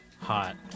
Hot